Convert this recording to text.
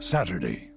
Saturday